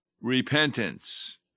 repentance